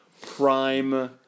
prime